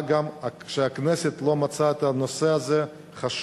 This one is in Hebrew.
מה גם שהכנסת לא מצאה את הנושא הזה חשוב